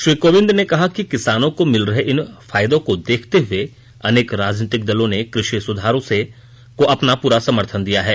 श्री कोविंद ने कहा कि किसानों को मिल रहे इन फायदों को देखते हुए अनेक राजनीतिक दलों ने कृषि सुधारों को अपना पूरा समर्थन दिया है